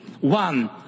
one